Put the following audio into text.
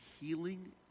healing